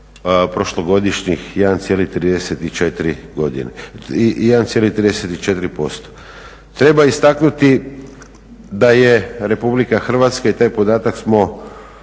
prošlogodišnjih 1,34%. Treba istaknuti da je Republika Hrvatska i taj podatak smo